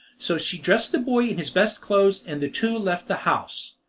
so she dressed the boy in his best clothes, and the two left the house.